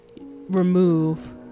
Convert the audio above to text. remove